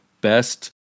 best